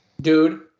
Dude